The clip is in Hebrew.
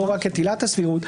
לא רק את עילת הסבירות,